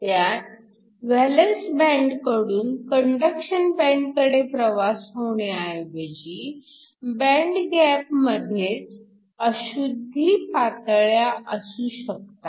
त्यात व्हॅलन्स बँडकडून कंडक्शन बँडकडे प्रवास होण्याऐवजी बँड गॅप मध्येच अशुद्धी पातळ्या असू शकतात